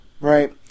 right